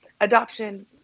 adoption